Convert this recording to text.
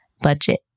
budget